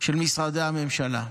של משרדי הממשלה.